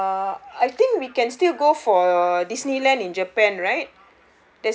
uh I think we can still go for disneyland in japan right